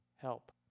help